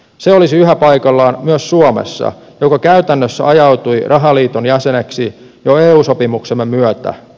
se olisi yhä paikallaan myös suomessa joka käytännössä ajautui rahaliiton jäseneksi jo eu sopimuksemme myötä